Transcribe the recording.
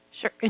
Sure